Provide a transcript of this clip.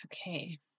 okay